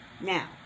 Now